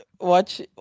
Watch